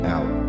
Out